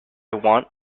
want